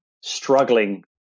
struggling